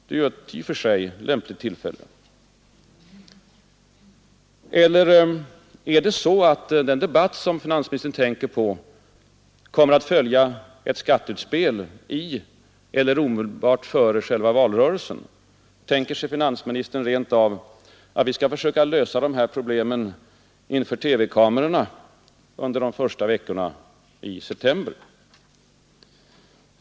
Det är ju ett i och för sig lämpligt tillfälle. Eller kommer den debatt som finansministern tänker på att följas av ett skatteutspel i eller omedelbart före själva valrörelsen? Tänker sig finansministern rent av att vi skall lösa de här problemen inför TV-kamerorna under de första veckorna i september?